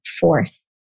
force